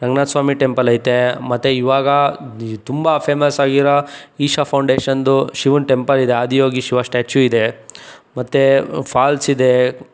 Ranganatha Swamy temple ಐತೆ ಮತ್ತು ಇವಾಗ ತುಂಬ ಫೇಮಸಾಗಿರೋ ಈಶ ಫೌಂಡೇಶನ್ದು ಶಿವನ ಟೆಂಪಲ್ ಇದೆ ಆದಿಯೋಗಿ ಶಿವ ಸ್ಟ್ಯಾಚ್ಯೂ ಇದೆ ಮತ್ತು ಫಾಲ್ಸ್ ಇದೆ